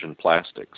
Plastics